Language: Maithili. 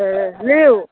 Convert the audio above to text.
हे लिउ